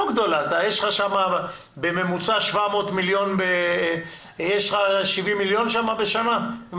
יש לך בממוצע 70 מיליון שקלים בשנה.